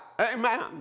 Amen